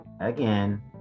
again